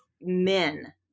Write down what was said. men